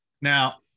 Now